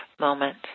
moment